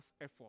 effort